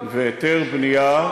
והיתר בנייה,